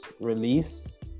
release